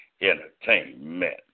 Entertainment